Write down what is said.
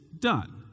done